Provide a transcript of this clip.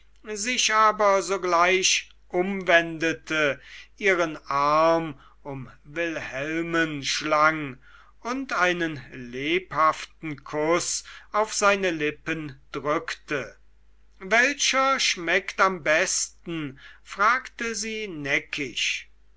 sich aber sogleich umwendete ihren arm um wilhelmen schlang und einen lebhaften kuß auf seine lippen drückte welcher schmeckt am besten fragte sie neckisch